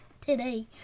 today